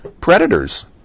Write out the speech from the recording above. predators